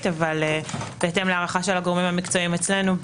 אבל בהתאם להערכה של הגורמים המקצועיים אצלנו היא,